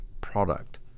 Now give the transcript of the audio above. product